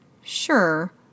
sure